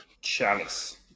Chalice